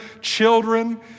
children